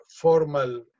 formal